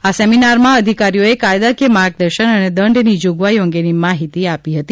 આ સેમિનારમાં અધિકારીઓએ કાયદાકીય માર્ગદર્શન અને દંડની જાગવાઈઓ અંગેની માહિતી આપી હતી